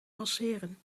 passeren